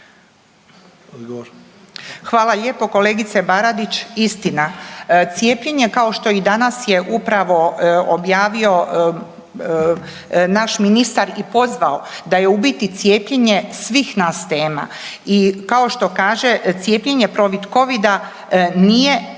Hvala lijepo kolegice Baradić. Istina, cijepljenje kao što je danas upravo objavio naš ministar i pozvao da je u biti cijepljenje svih nas tema i kao što kaže cijepljenje protiv covida nije